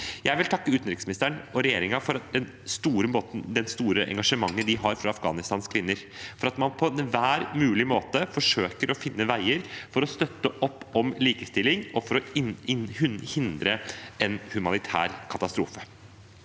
Jeg vil takke utenriksministeren og regjeringen for det store engasjementet de har for Afghanistans kvinner, og for at man på enhver mulig måte forsøker å finne veier for å støtte opp om likestilling og hindre en humanitær katastrofe.